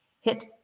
hit